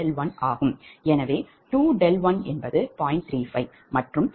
எனவே 2d10